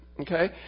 Okay